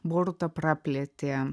boruta praplėtė